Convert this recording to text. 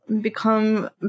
become